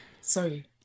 Sorry